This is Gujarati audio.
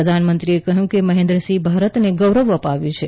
પ્રધાનમંત્રીએ કહ્યું કે મહેન્દ્રસિંહે ભારતને ગૌરવ અપાવ્યું છે